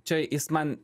čia jis man